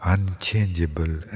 Unchangeable